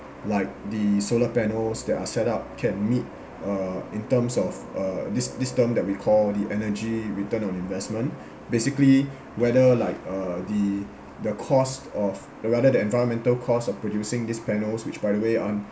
like the solar panels that are set up can meet uh in terms of uh this this term that we call the energy return on investment basically whether like uh the the cost of the rather the environmental cost of producing these panels which by the way aren't